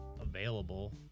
available